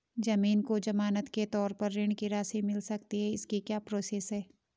ज़मीन को ज़मानत के तौर पर ऋण की राशि मिल सकती है इसकी क्या प्रोसेस है?